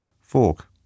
Fork